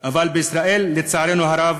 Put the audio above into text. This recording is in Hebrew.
אבל בישראל, לצערנו הרב,